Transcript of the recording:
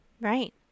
Right